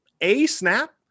A-snap